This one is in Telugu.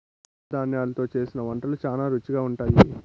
చిరుధాన్యలు తో చేసిన వంటలు శ్యానా రుచిగా ఉంటాయి